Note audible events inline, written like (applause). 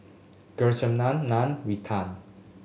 (unintelligible) Naan Naan Raitan